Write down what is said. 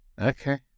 Okay